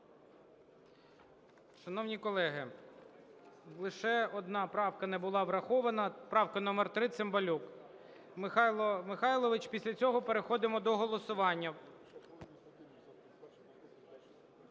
Шановні колеги, лише одна правка не була врахована. Правка номер 3, Цимбалюк Михайло Михайлович. Після цього переходимо до голосування.